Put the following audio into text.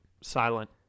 silent